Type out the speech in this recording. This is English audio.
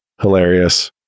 hilarious